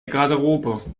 garderobe